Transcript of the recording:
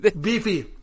Beefy